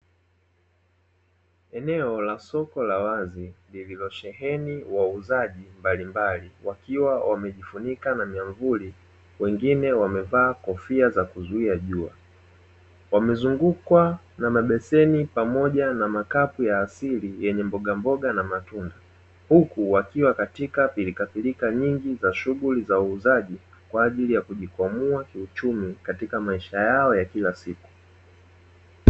Eneo la soko la wazi lililosheheni wauzaji mbalimbali wakiwa wamejifunika na miamvuli wengine wamevaa kofia za kuzuia jua wamezungukwa na mabeseni pamoja na makapu ya asili yenye mboga mboga na matunda huku wakiwa katika pilikapilika nyingi za shughuli za uuzaji kwa ajili ya kujikwamua kiuchumi katika maisha yao ya kila siku.